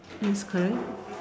yes correct